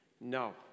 No